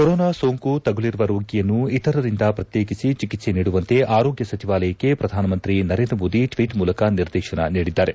corona ಸೋಂಕು ತಗುಲಿರುವ ರೋಗಿಯನ್ನು ಇತರರಿಂದ ಪ್ರತ್ಯೇಕಿಸಿ ಚಿಕಿತ್ಸೆ ನೀಡುವಂತೆ ಆರೋಗ್ತ ಸಚಿವಾಲಯಕ್ಕೆ ಪ್ರಧಾನಮಂತ್ರಿ ನರೇಂದ್ರ ಮೋದಿ ಟ್ವೀಟ್ ಮೂಲಕ ನಿರ್ದೇಶನ ನೀಡಿದ್ದಾರೆ